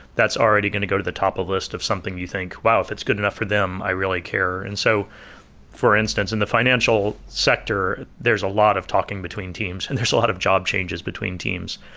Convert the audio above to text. that's already going to go to the top of list of something you think, wow, if it's good enough for them, i really care. care. and so for instance in the financial sector, there's a lot of talking between teams and there's a lot of job changes between teams.